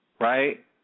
right